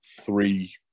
three